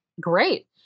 Great